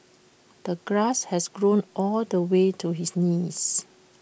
the grass had grown all the way to his knees